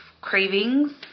cravings